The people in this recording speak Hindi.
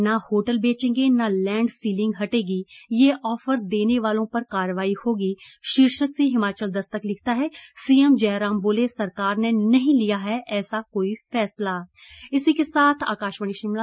न होटल बेचेंगे न लैंड सीलिंग हटेगी ये ऑफर देने वालों पर कार्रवाई होगी शीर्षक से हिमाचल दस्तक लिखता है सीएम जयराम बोले सरकार ने नहीं लिया है ऐसा कोई फैसला